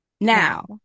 Now